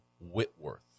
Whitworth